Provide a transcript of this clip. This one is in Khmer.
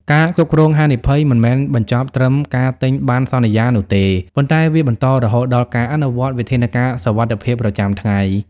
ការគ្រប់គ្រងហានិភ័យ មិនមែនបញ្ចប់ត្រឹមការទិញបណ្ណសន្យានោះទេ ប៉ុន្តែវាបន្តរហូតដល់ការអនុវត្តវិធានការសុវត្ថិភាពប្រចាំថ្ងៃ។